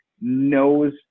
knows